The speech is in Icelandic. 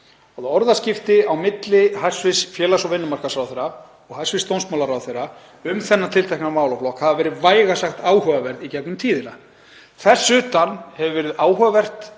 sú að orðaskipti á milli hæstv. félags- og vinnumarkaðsráðherra og hæstv. dómsmálaráðherra um þennan tiltekna málaflokk hafa verið vægast sagt áhugaverð í gegnum tíðina. Þess utan hefur verið áhugavert